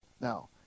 Now